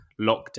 lockdown